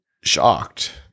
shocked